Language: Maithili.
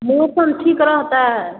मौसम ठीक रहतै